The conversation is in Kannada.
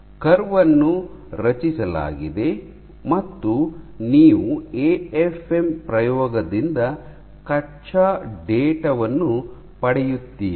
ಕರ್ವ್ ಅನ್ನು ರಚಿಸಲಾಗಿದೆ ಮತ್ತು ನೀವು ಎಎಫ್ಎಂ ಪ್ರಯೋಗದಿಂದ ಕಚ್ಚಾ ಡೇಟಾ ವನ್ನು ಪಡೆಯುತ್ತೀರಿ